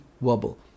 wobble